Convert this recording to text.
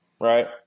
right